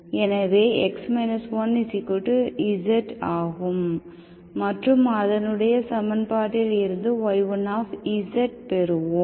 எனவே x 1 z ஆகும் மற்றும் அதனுடைய சமன்பாட்டில் இருந்து y1zபெறுவோம்